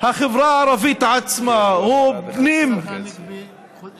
החברה הערבית העצמה, הוא פנים-ערבי,